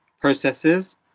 processes